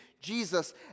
Jesus